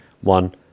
one